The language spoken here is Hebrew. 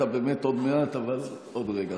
אתה באמת עוד מעט, אבל עוד רגע.